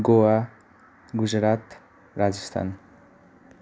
Goa Gujarat Rajasthan